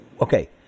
okay